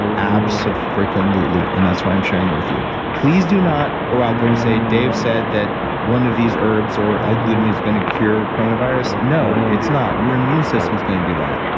abso-fricking-lutely, and that's why i'm sharing it with you. please do not go out there and say, dave said that one of these herbs or l-glutamine is going to cure coronavirus. no, it's not. your immune system is going to do that.